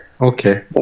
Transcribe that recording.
okay